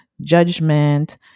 judgment